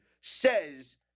says